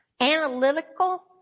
analytical